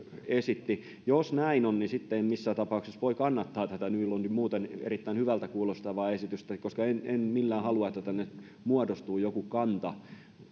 esitti jos näin on niin sitten en missään tapauksessa voi kannattaa tätä nylundin muuten erittäin hyvältä kuulostavaa esitystä koska en en millään halua että tänne muodostuu joku kanta